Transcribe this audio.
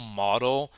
model